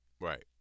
Right